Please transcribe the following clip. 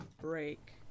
Break